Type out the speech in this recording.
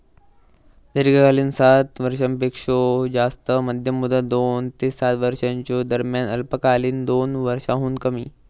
दीर्घकालीन सात वर्षांपेक्षो जास्त, मध्यम मुदत दोन ते सात वर्षांच्यो दरम्यान, अल्पकालीन दोन वर्षांहुन कमी